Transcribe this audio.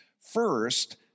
First